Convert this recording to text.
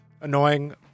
annoying